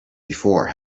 before